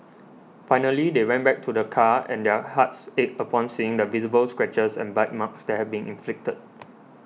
finally they went back to their car and their hearts ached upon seeing the visible scratches and bite marks that had been inflicted